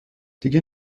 دیگه